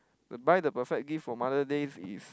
buy the perfect gift for mother days is